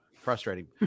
frustrating